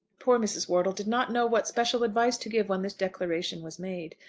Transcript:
poor mrs. wortle did not know what special advice to give when this declaration was made.